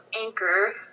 anchor